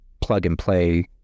plug-and-play